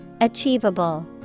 Achievable